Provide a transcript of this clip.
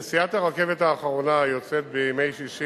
1. נסיעת הרכבת האחרונה יוצאת בימי שישי